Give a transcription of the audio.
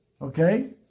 Okay